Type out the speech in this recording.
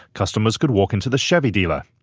customers could walk into the chevy dealer.